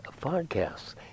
podcasts